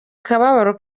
kababaro